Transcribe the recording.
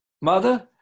Mother